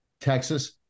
Texas